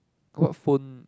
what phone